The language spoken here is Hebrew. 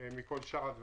--- תרשה לי רק לסיים את